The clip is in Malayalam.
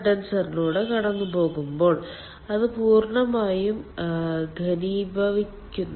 കണ്ടൻസറിലൂടെ കടന്നുപോകുമ്പോൾ അത് പൂർണ്ണമായും ഘനീഭവിക്കുന്നു